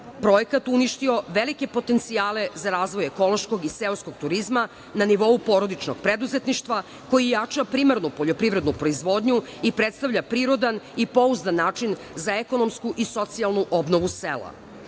projekat uništio velike potencijale za razvoj ekološkog i seoskog turizma na nivou porodičnog preduzetništva, koji jača primarnu poljoprivrednu proizvodnju i predstavlja prirodan i pouzdan način za ekonomsku i socijalnu obnovu